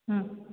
ହୁଁ